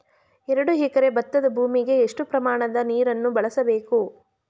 ಎರಡು ಎಕರೆ ಭತ್ತದ ಭೂಮಿಗೆ ಎಷ್ಟು ಪ್ರಮಾಣದ ನೀರನ್ನು ಬಳಸಬೇಕು?